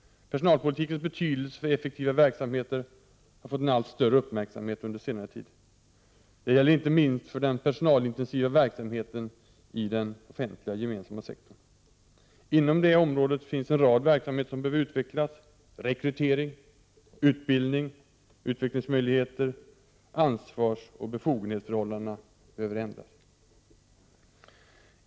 Dennas betydelse för effektiva verksamheter har fått en allt större uppmärksamhet under senare tid. Det gäller inte minst för den personalintensiva verksamheten i den offentliga gemensamma sektorn. Inom det området finns en rad verksamheter som behöver utvecklas: rekrytering, utbildning och utvecklingsmöjligheter. Ansvarsoch befogenhetsförhållandena behöver ändras.